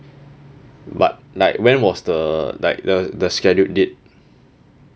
but like when was the like the the scheduled date